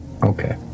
Okay